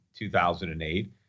2008